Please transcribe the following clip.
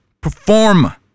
perform